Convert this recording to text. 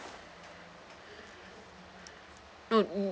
no